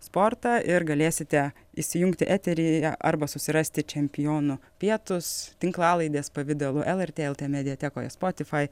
sportą ir galėsite įsijungti eterį arba susirasti čempionų pietūs tinklalaidės pavidalu lrt lt mediatekoje spotify